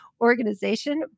organization